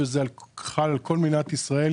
וזה חל על כל מדינת ישראל,